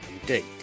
indeed